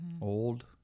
old